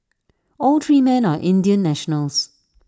all three men are Indian nationals